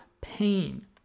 pain